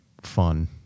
fun